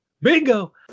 Bingo